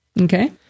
Okay